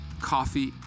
coffee